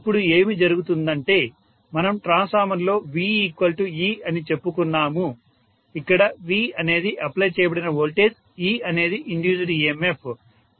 ఇప్పుడు ఏమి జరుగుతుందంటే మనం ట్రాన్స్ఫార్మర్లో VE అని చెప్పుకున్నాము ఇక్కడ V అనేది అప్లై చేయబడిన వోల్టేజ్ E అనేది ఇండ్యూస్డ్ EMF